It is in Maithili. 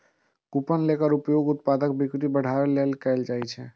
कूपन केर उपयोग उत्पादक बिक्री बढ़ाबै लेल कैल जाइ छै